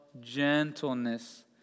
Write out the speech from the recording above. gentleness